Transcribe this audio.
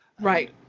Right